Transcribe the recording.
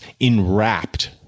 enwrapped